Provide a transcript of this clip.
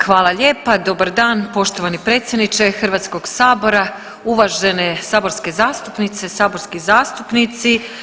Hvala lijepa, dobar dan poštovani predsjedniče HS, uvažene saborske zastupnice i saborski zastupnici.